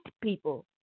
people